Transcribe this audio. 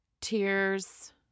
tears